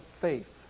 faith